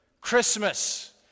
Christmas